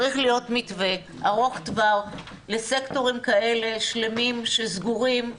מתווה ארוך טווח לסקטורים כאלה שלמים שסגורים,